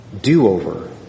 Do-over